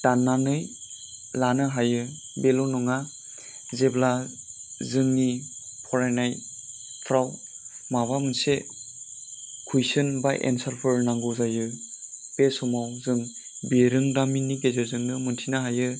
दाननानै लानो हायो बेल' नङा जेब्ला जोंनि फरायनायफ्राव माबा मोनसे कुइसोन बा एनचारफोर नांगौ जायो बे समाव जों बिरोंदामिननि गेजेरजोंनो मिथिनो हायो